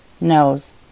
nose